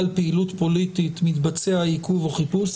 פעילות פוליטית מתבצע עיכוב או חיפוש.